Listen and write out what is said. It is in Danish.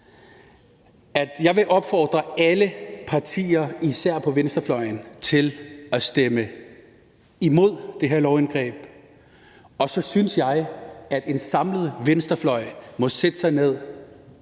Jeg vil opfordre alle partier og især dem på venstrefløjen til at stemme imod det her lovindgreb, og så synes jeg, at en samlet venstrefløj må sætte sig ned,